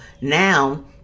Now